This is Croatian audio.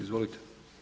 Izvolite.